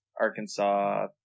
Arkansas